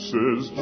Says